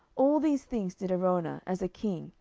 all these things did araunah, as a king,